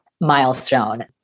milestone